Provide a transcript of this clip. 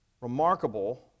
remarkable